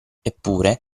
eppure